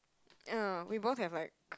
yeah we both have like